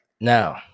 Now